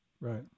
Right